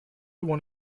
one